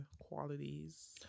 qualities